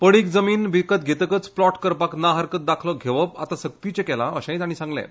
पडीक जमीन विकत घेतकच प्लॉट करपाक ना हरकत दाखलो घेवप आतां सक्तीचें केला अशें तांणी सांगलें